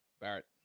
Barrett